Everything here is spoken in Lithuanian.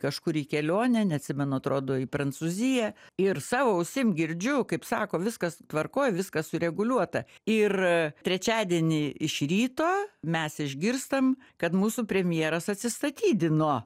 kažkur į kelionę neatsimenu atrodo į prancūziją ir savo ausim girdžiu kaip sako viskas tvarkoj viskas sureguliuota ir trečiadienį iš ryto mes išgirstam kad mūsų premjeras atsistatydino